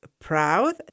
proud